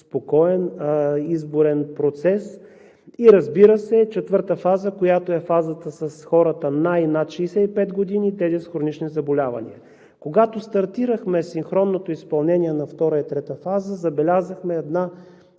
спокоен изборен процес. Разбира се, четвърта фаза, която е фазата с хората на и над 65 години, и тези с хронични заболявания. Когато стартирахме синхронното изпълнение на втора и трета фаза, забелязахме една